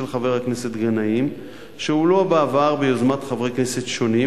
חבר הכנסת גנאים שהועלו בעבר ביוזמת חברי כנסת שונים,